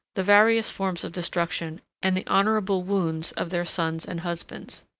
the various forms of destruction, and the honorable wounds of their sons and husbands.